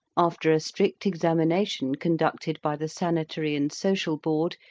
after a strict eximination conducted by the sanitary and social board,